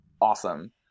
Awesome